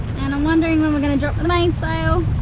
and i'm wondering when we're gonna drop the mainsail